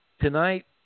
tonight